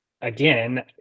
again